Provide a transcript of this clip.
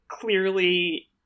clearly